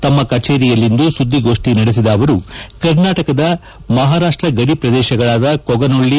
ತಮ್ಮ ಕಚೇರಿಯಲ್ಲಿಂದು ಸುದ್ದಿಗೋಷ್ಠಿ ನಡೆಸಿದ ಅವರು ಕರ್ನಾಟಕದ ಮಹಾರಾಷ್ಟ ಗಡಿ ಪ್ರದೇಶಗಳಾದ ಕೊಗನೊಳ್ಳ